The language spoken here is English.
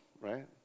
right